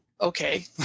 okay